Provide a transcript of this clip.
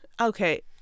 okay